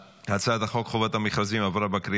ההצעה להעביר את הצעת חוק חובת המכרזים (תיקון מס'